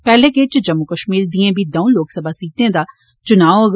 पैहले गेड़ च जम्मू कश्मीर दियें बी दंऊ लोक सभा सीटें दा च्ना होग